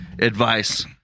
advice